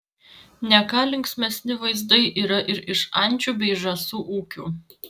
ne ką linksmesni vaizdai yra ir iš ančių bei žąsų ūkių